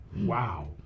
Wow